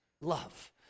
love